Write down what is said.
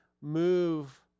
move